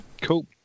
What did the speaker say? Cool